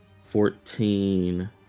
fourteen